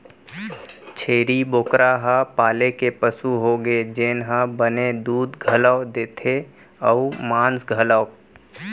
छेरी बोकरा ह पाले के पसु होगे जेन ह बने दूद घलौ देथे अउ मांस घलौक